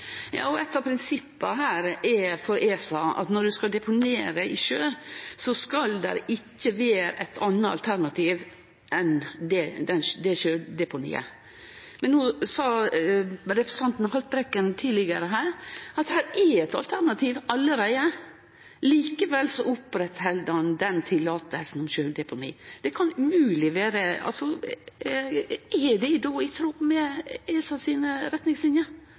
Eit av prinsippa her er for ESA at når ein skal deponere i sjø, skal det ikkje vere noko anna alternativ enn sjødeponi. No sa representanten Haltbrekken tidlegare her at det er eit alternativ allereie. Likevel opprettheld ein tillatinga til sjødeponi. Er det då i tråd med retningslinjene til ESA? Som jeg har vært inne på i